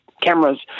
cameras